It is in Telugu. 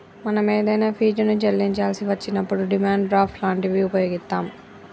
మనం ఏదైనా ఫీజుని చెల్లించాల్సి వచ్చినప్పుడు డిమాండ్ డ్రాఫ్ట్ లాంటివి వుపయోగిత్తాం